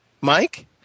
Mike